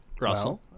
Russell